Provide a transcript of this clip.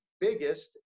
biggest